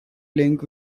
link